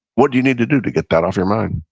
what do you need to do to get that off your mind?